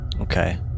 okay